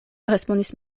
respondis